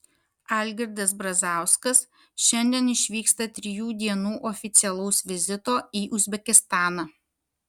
algirdas brazauskas šiandien išvyksta trijų dienų oficialaus vizito į uzbekistaną